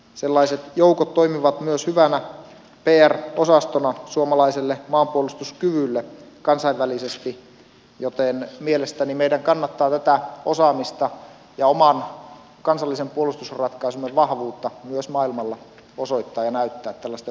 sellaiset joukot toimivat myös hyvänä pr osastona suomalaiselle maanpuolustuskyvylle kansainvälisesti joten mielestäni meidän kannattaa tätä osaamista ja oman kansallisen puolustusratkaisumme vahvuutta myös maailmalla osoittaa ja näyttää tällaisten operaatioitten kautta